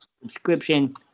subscription